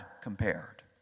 compared